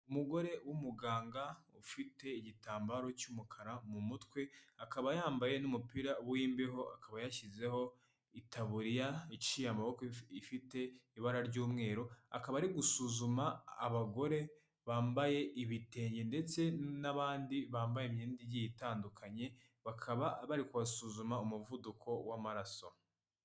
Umugore w'umuganga ufite igitambaro cy'umukara mu mutwe, akaba yambaye n'umupira w'imbeho, akaba yashyizeho itaburiya iciye amaboko ifite ibara ry'umweru, akaba ari gusuzuma abagore bambaye ibitenge ndetse n'abandi bambaye imyenda igiye itandukanye, bakaba bari kubasuzuma umuvuduko w'amaraso.